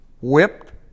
whipped